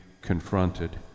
confronted